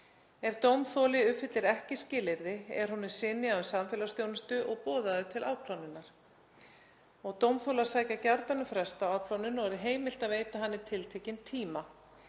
Ef dómþoli uppfyllir ekki skilyrði er honum synjað um samfélagsþjónustu og hann boðaður til afplánunar. Dómþolar sækja gjarnan um frest á afplánun og er heimilt að veita hann í tiltekinn tíma.